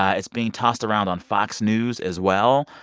ah it's being tossed around on fox news as well,